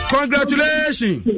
Congratulations